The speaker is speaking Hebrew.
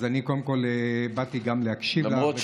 אז אני קודם כול באתי גם להקשיב לך.